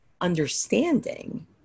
understanding